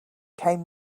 came